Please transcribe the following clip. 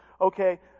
Okay